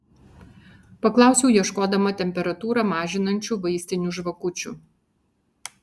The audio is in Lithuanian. paklausiau ieškodama temperatūrą mažinančių vaistinių žvakučių